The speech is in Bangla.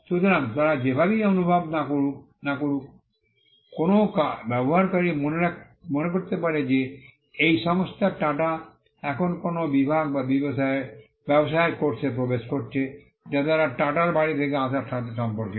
সুতরাং তারা যেভাবেই অনুভব না করেই কোনও ব্যবহারকারী মনে করতে পারে যে এই সংস্থা টাটা এখন কোনও বিভাগ বা ব্যবসায়ের কোর্সে প্রবেশ করেছে যা তারা টাটার বাড়ি থেকে আসার সাথে সম্পর্কিত